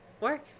Work